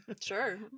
Sure